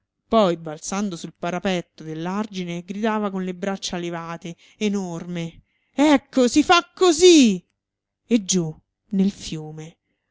poi balzando sul parapetto dell'argine gridava con le braccia levate enorme ecco si fa così e giù nel fiume